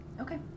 Okay